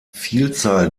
vielzahl